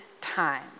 time